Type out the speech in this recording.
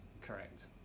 correct